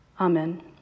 Amen